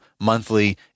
monthly